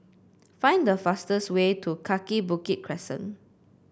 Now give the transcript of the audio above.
find the fastest way to Kaki Bukit Crescent